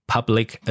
Public